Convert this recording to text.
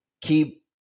keep